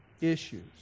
issues